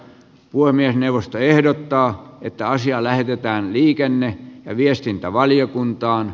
puhemiesneuvosto ehdottaa että asia lähetetään liikenne ja viestintävaliokuntaan